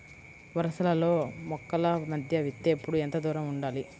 వరసలలో మొక్కల మధ్య విత్తేప్పుడు ఎంతదూరం ఉండాలి?